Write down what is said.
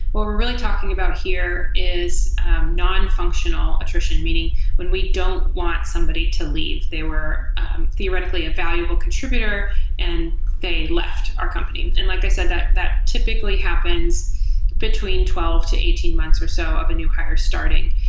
what we're really talking about here is nonfunctional attrition, meaning when we don't want somebody to leave. they were theoretically a valuable contributor and they left our company. and like i said, that that typically happens between twelve to eighteen months or so of a new hire starting.